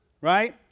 Right